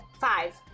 five